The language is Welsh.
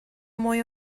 mwy